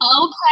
Okay